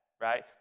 right